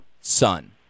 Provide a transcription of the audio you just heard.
sun